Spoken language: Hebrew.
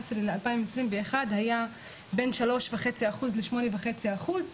ל-2021 היה בין שלוש וחצי לשמונה וחצי אחוז,